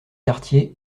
cartier